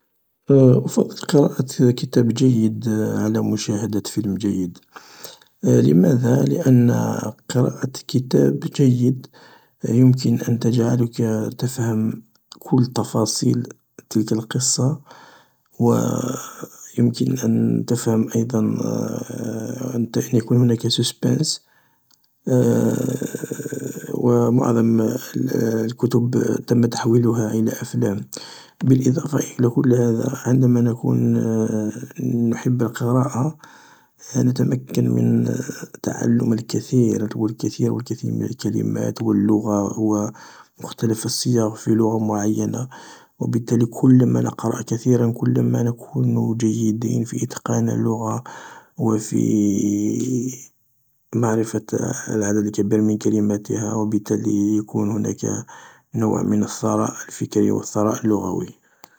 ﻿أفضل قراءة كتاب جيد على مشاهدة فيلم جيد، لماذا لأن قراءة كتاب جيد يمكن ان تجعلك تفهم كل تفاصيل تلك القصة و يمكن ان تفهم أيضا ان ت-يكون هناك سوسبانس. و معظم الكتب تم تحويلها الى أفلام، بالاضافة الى كل هذا، عندما نكون نحب القراءة، نتمكن من تعلم الكثير والكثير و الكثير من الكلمات و اللغة و مختلف الصيغ في لغة معينة و بالتالي كلما نقرئ كثيرا كلما نكون جيدين في اتقان اللغة و في معرفة العدد الكبير من كلماتها وبالتالي يكون هناك نوع من الثراء الفكري و الثراء اللغوي.